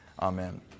Amen